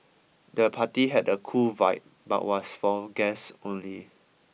the party had a cool vibe but was for guests only